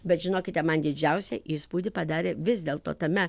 bet žinokite man didžiausią įspūdį padarė vis dėlto tame